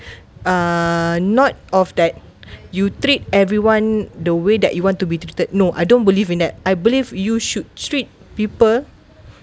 uh not of that you treat everyone the way that you want to be treated no I don't believe in that I believe you should treat people